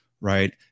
right